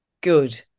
good